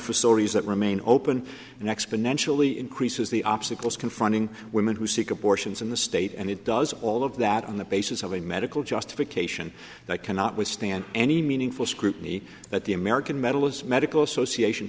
facilities that remain open and exponentially increases the obstacles confronting women who seek abortions in the state and it does all of that on the basis of a medical justification that cannot withstand any meaningful scrutiny that the american medalists medical association